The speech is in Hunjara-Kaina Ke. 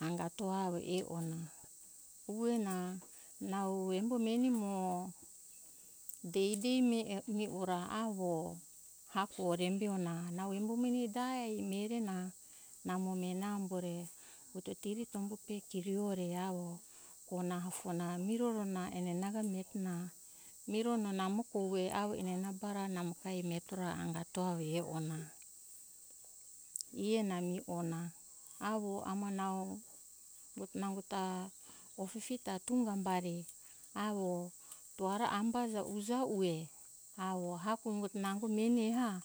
Angato avo e ona ue na nau embo meni mo dei dei mihe e ora avo hako orembe ona nau embo meni dai mihe re na namo meni ambo re inderi be tombu kiri ore avo ona na miroro na enana ga na mirono namo kogue namo bara ai miretora angato avo e ona ie na mihe ona avo amo nau nango ta opipi ta tunga bari avo toha ra ambara baja uja ue avo hako ungo ta nango meni eha